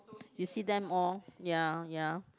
you see them all ya ya